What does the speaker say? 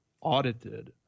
audited